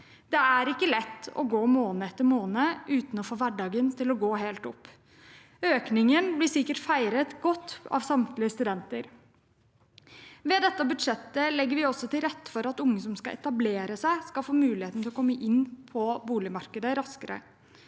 Det er ikke lett å gå måned etter måned uten å få hverdagen til å gå helt opp. Økningen blir sikkert feiret godt av samtlige studenter. Med dette budsjettet legger vi også til rette for at unge som skal etablere seg, skal få muligheten til å komme inn på boligmarkedet raskere.